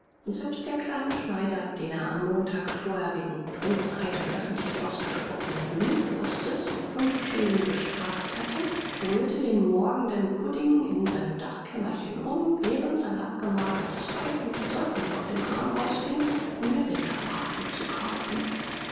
und selbst der kleine schneider den er am montage vorher wegen trunkenheit und öffentlich ausgesprochenen blutdurstes um fünf schilling gestraft hatte rührte den morgenden pudding in seinem dachkämmerchen um während sein abgemagertes weib mit dem säugling auf dem arm ausging um den rinderbraten zu kaufen